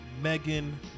Megan